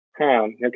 Okay